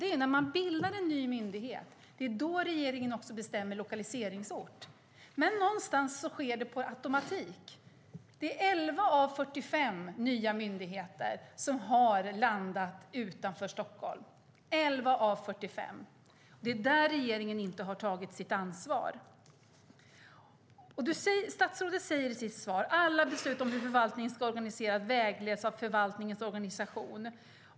Det är när en ny myndighet bildas som regeringen bestämmer lokaliseringsort. Men någonstans sker det per automatik. Det är 11 av 45 nya myndigheter som har placerats utanför Stockholm. Det är där regeringen inte har tagit sitt ansvar. Statsrådet säger i sitt svar att alla beslut om hur förvaltningen ska organiseras vägleds av förvaltningens organisation.